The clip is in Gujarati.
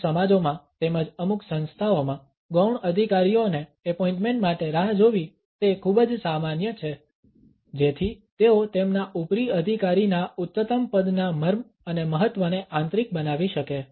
અમુક સમાજોમાં તેમજ અમુક સંસ્થાઓમાં ગૌણ અધિકારીઓને એપોઇન્ટમેન્ટ માટે રાહ જોવી તે ખૂબ જ સામાન્ય છે જેથી તેઓ તેમના ઉપરી અધિકારીના ઉચ્ચતમ પદના મર્મ અને મહત્ત્વને આંતરિક બનાવી શકે